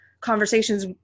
conversations